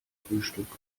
frühstück